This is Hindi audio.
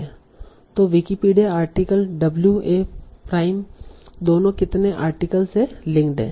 तो Wikipedia article w a prime दोनों कितने आर्टिकल्स से लिंक्ड हैं